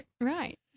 Right